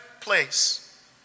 place